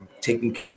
taking